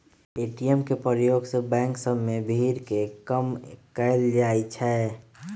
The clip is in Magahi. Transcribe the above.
ए.टी.एम के प्रयोग से बैंक सभ में भीड़ के कम कएल जाइ छै